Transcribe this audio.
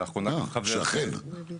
שכן שלי.